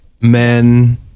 men